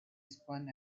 spun